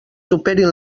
superin